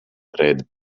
red